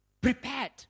prepared